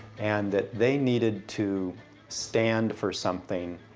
and that they needed to stand for something,